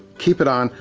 keep it on,